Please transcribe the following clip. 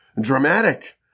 dramatic